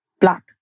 black